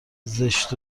زشت